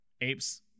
apes